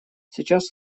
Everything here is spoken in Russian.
сейчас